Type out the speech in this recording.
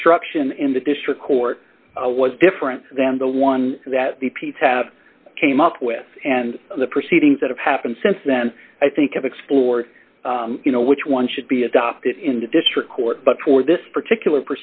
construction in the district court was different than the one that the piece have came up with and the proceedings that have happened since then i think i've explored you know which one should be adopted in the district court but for this particular